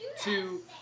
two